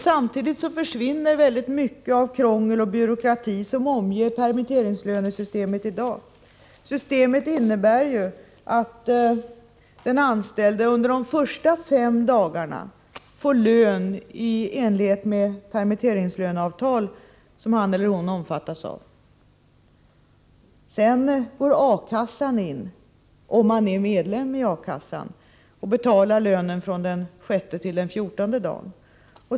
Samtidigt försvinner mycket av det krångel och den byråkrati som omger permitteringslönesystemet i dag. Systemet innebär ju att den anställde under de första fem dagarna får lön i enlighet med det permitteringslöneavtal som han eller hon omfattas av. Sedan går A-kassan in, om han eller hon är medlem där, och betalar lönen från den 6:e till den 14:e dagen.